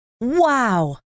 Wow